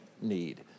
need